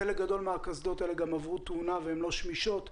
חלק מהקסדות שמוצגות כאן עברו תאונה והן לא שמישות,